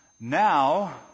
Now